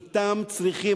אִתם צריכים,